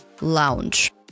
LOUNGE